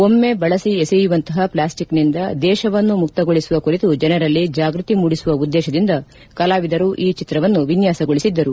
ಒಮ್ಸೆ ಬಳಸಿ ಎಸೆಯುವಂತಹ ಪ್ಲಾಸ್ಟಿಕ್ನಿಂದ ದೇಶವನ್ನು ಮುಕ್ತಗೊಳಿಸುವ ಕುರಿತು ಜನರಲ್ಲಿ ಜಾಗ್ಟತಿ ಮೂಡಿಸುವ ಉದ್ದೇಶದಿಂದ ಕಲಾವಿದರು ಈ ಚಿತ್ರವನ್ನು ವಿನ್ಯಾಸಗೊಳಿಸಿದ್ದರು